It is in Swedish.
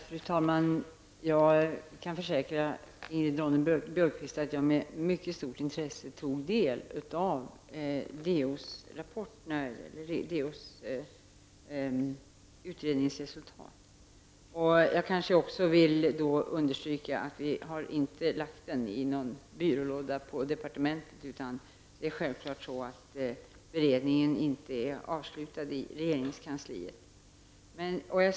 Fru talman! Jag kan försäkra Ingrid Ronne Björkqvist att jag med mycket stort intresse tog del av DOs utredningsresultat. Jag vill också understryka att regeringen inte har lagt denna utredning i någon byrålåda på departementet, utan det är självfallet på det sättet att beredningen inte är avslutad i regeringskansliet.